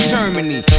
Germany